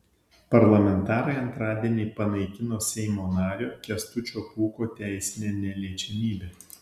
parlamentarai antradienį panaikino seimo nario kęstučio pūko teisinę neliečiamybę